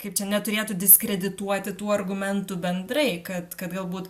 kaip čia neturėtų diskredituoti tų argumentų bendrai kad kad galbūt